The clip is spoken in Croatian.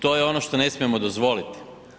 To je ono što ne smijemo dozvoliti.